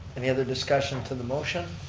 any other discussion to the motion?